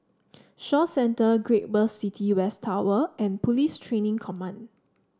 Shaw Centre Great World City West Tower and Police Training Command